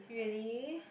really